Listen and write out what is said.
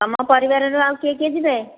ତୁମ ପରିବାରରୁ ଆଉ କିଏ କିଏ ଯିବେ